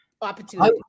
Opportunity